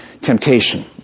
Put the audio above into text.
temptation